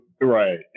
right